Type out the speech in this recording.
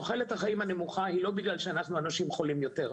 תוחלת החיים המוכה היא לא בגלל שאנחנו אנשים חולים יותר,